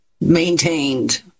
maintained